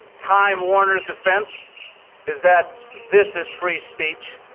time warner's defense is that this is free speech,